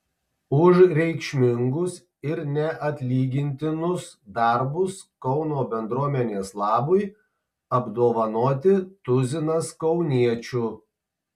už reikšmingus ir neatlygintinus darbus kauno bendruomenės labui apdovanoti tuzinas kauniečių